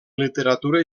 literatura